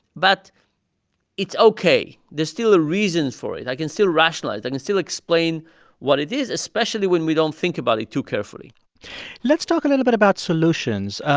but it's ok. there still are reasons for it. i can still rationalize it. i can still explain what it is, especially when we don't think about it too carefully let's talk a little bit about solutions.